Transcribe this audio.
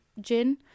gin